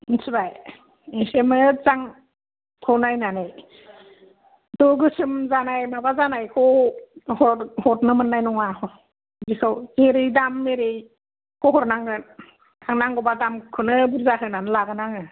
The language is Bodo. मिथिबाय एसे मोजां खौ नायनानै दो गोसोम जानाय माबा जानायखौ हर हरनो मोननाय नङा बिदिखौ जेरै दाम एरै खौ हरनांगोन नांगौबा दामखौनो बुरजा होनानै लागोन आङो